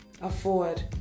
afford